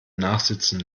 nachsitzen